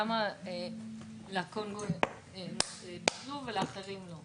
למה לקונגולזים ביטלו ולאחרים לא?